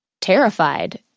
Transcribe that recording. terrified